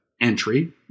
entry